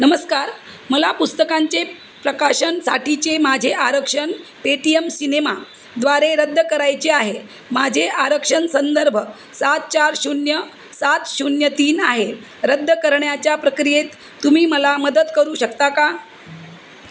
नमस्कार मला पुस्तकांचे प्रकाशनसाठीचे माझे आरक्षण पेटीएम सिनेमाद्वारे रद्द करायचे आहे माझे आरक्षण संदर्भ सात चार शून्य सात शून्य तीन आहे रद्द करण्याच्या प्रक्रियेत तुम्ही मला मदत करू शकता का